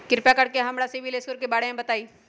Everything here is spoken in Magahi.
कृपा कर के हमरा सिबिल स्कोर के बारे में बताई?